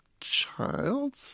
child